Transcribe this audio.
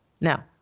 Now